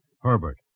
Herbert